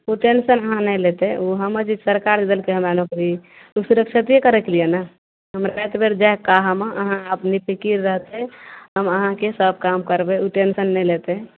उ टेंशन अहाँ नहि लेतय उ हमर जे सरकार जे देलकय हमरा नौकरी सुरक्षिते करयके लिये ने हम राति भरि जागि अहाँमे अहाँ अपने निफिकीर रहतय हम अहाँके सब काम करबय उ टेंशन नहि लेतय